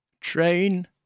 Train